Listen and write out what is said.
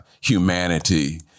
humanity